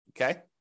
Okay